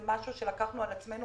הנושא של הקורונה למה צריך כל כך הרבה?